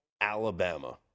Alabama